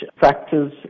factors